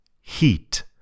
Heat